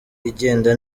igenda